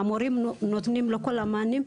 והמורים נותנים את כל המענים,